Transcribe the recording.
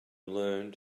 learned